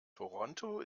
toronto